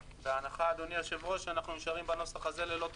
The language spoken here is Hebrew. בהנחה שאנחנו נשארים בנוסח הזה ללא תוספת.